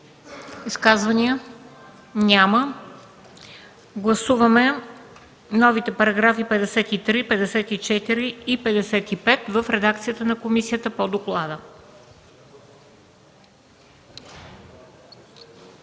Изказвания? Няма. Гласуваме новите параграфи 53, 54 и 55 в редакцията на комисията по доклада.